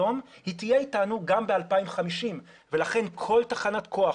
היא תהיה אתנו גם ב-2050 ולכן כל תחנת כוח